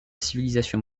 civilisation